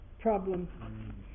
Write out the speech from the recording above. problem